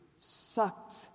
sucked